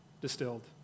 distilled